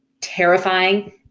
terrifying